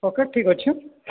okay ଠିକ୍ ଅଛି